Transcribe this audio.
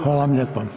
Hvala vam lijepo.